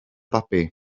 babi